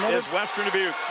is western dubuque.